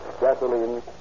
gasoline